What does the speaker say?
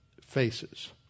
faces